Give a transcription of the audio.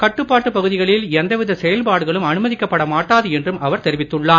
கட்டுப்பாடு பகுதிகளில் எந்தவித செயல்பாடுகளும் அனுமதிக்கப்பட மாட்டாது என்றும் அவர் தெரிவித்துள்ளார்